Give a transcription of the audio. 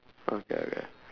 okay I'm right